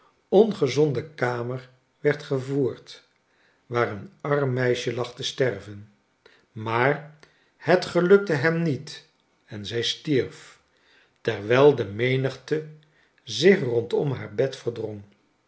ongezonde kamer werd gevoerd waar een arm meisje lag te sterven maar het gelukte hem niet en zij stierf ierwijl de menigte zich rondom haar bed verdrong